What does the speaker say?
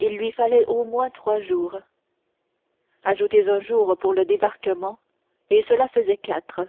il lui fallait au moins trois jours ajoutez un jour pour le débarquement et cela faisait quatre